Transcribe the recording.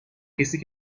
کسی